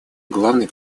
главной